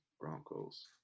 Broncos